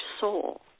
soul